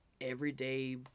everyday